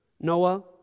Noah